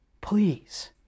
Please